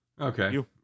Okay